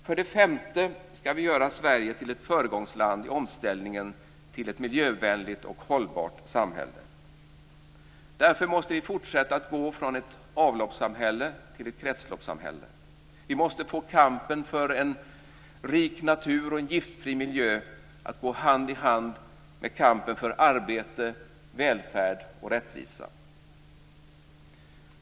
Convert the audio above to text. För det femte ska vi göra Sverige till ett föregångsland i omställningen till ett miljövänligt och hållbart samhälle. Därför måste vi fortsätta att gå från ett avloppssamhälle till ett kretsloppssamhälle. Vi måste få kampen för en rik natur och en giftfri miljö att gå hand i hand med kampen för arbete, välfärd och rättvisa.